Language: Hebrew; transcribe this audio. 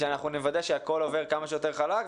ואנחנו צריכים לוודא שהכול יהיה יותר חלק.